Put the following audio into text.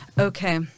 okay